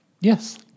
Yes